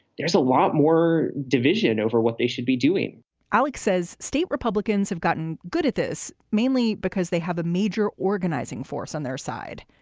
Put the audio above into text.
there's a lot more division over what they should be doing alec says state republicans have gotten good at this, mainly because they have a major organizing force on their side.